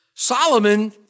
Solomon